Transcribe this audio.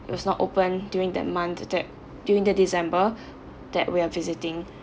it was not open during that month that during the december that we are visiting